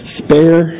spare